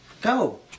Go